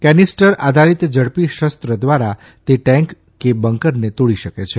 canister આધારીત ઝડપી શસ્ત્ર દ્વારા તે ટેન્ક કે બંકરને તોડી શકે છે